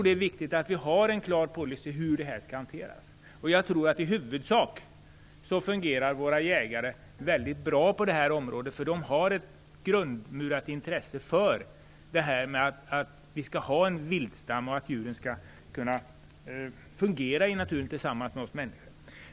Det är viktigt att vi har en klar policy för hur det här skall hanteras. Jag tror att våra jägare i huvudsak fungerar väldigt bra på det här området. De har ett grundmurat intresse för att vi skall ha en viltstam som fungerar i naturen tillsammans med oss människor.